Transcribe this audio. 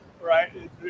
right